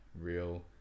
real